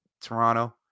Toronto